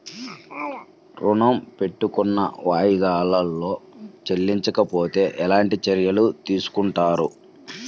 ఋణము పెట్టుకున్న వాయిదాలలో చెల్లించకపోతే ఎలాంటి చర్యలు తీసుకుంటారు?